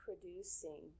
producing